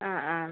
ആ ആ